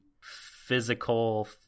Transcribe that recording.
physical